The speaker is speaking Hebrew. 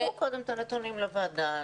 שישלחו קודם את הנתונים לוועדה.